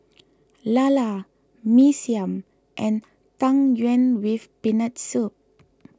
Lala Mee Siam and Tang Yuen with Peanut Soup